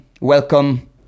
welcome